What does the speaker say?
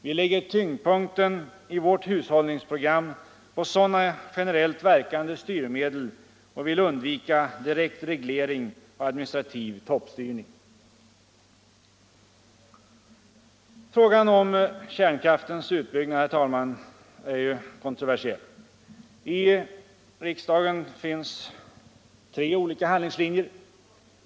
Vi lägger tyngdpunkten i vårt hushållningsprogram på sådana generellt verkande styrmedel och vill undvika direkt reglering och administrativ toppstyrning. Frågan om kärnkraftens utbyggnad, herr talman, är ju kontroversiell. I riksdagen finns tre olika handlingslinjer.